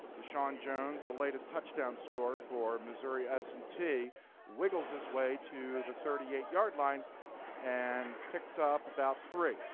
deshawn jones, the latest touchdown scorer for missouri s and t, wiggles his way to the thirty eight yard line and picks up about three.